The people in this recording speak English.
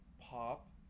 pop